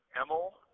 Emil